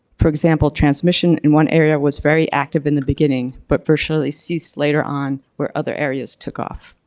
for example, transmission in one area was very active in the beginning but fortunately ceased later on where other areas took off.